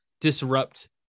disrupt